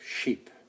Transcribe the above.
sheep